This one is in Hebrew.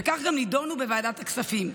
וכך הם גם נדונו בוועדת הכספים.